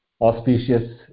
auspicious